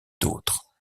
d’autres